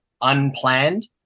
unplanned